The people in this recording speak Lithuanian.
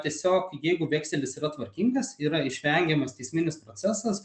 tiesiog jeigu vekselis yra tvarkingas yra išvengiamas teisminis procesas